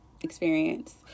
experience